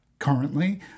currently